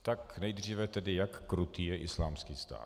Tak nejdříve tedy, jak krutý je Islámský stát .